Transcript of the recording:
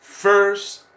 first